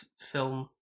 film